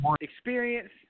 Experience